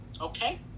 Okay